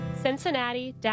Cincinnati